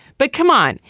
but come on.